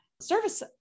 service